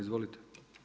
Izvolite.